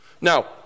Now